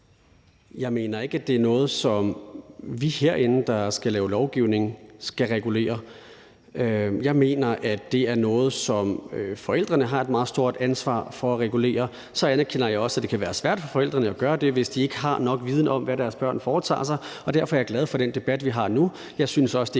Jeg mener ikke, det er noget, som vi herinde, der skal lave lovgivning, skal regulere. Jeg mener, at det er noget, som forældrene har et meget stort ansvar for at regulere. Så anerkender jeg også, at det kan være svært for forældrene at gøre det, hvis ikke de har nok viden om, hvad deres børn foretager sig, og derfor er jeg glad for den debat, vi har nu.